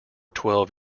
twelve